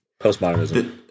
postmodernism